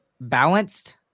balanced